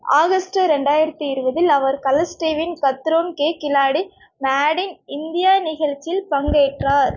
August ரெண்டாயிரத்து இருபதில் அவர் கலர்ஸ் டிவியின் Khatron Ke Khiladi made in India நிகழ்ச்சியில் பங்கேற்றார்